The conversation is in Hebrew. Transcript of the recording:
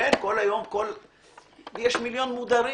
יש מיליון מודרים.